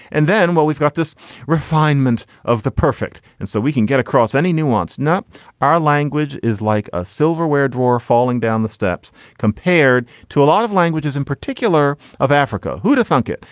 and then while we've got this refinement of the perfect and so we can get across any nuance, not our language is like a silverware drawer falling down the steps compared to a lot of languages in particular of africa. who'd have thunk it?